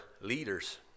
leaders